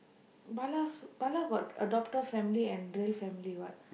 Bala's Bala got adopted family and real family what